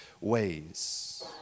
ways